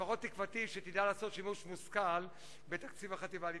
לפחות תקוותי היא שתדע לעשות שימוש מושכל בתקציב החטיבה להתיישבות.